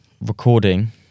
Recording